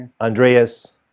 Andreas